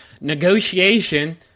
negotiation